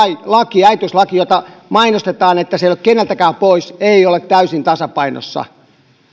laki äitiyslaki jota mainostetaan että se ei ole keneltäkään pois ei ole täysin tasapainossa